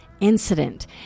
incident